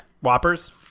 whoppers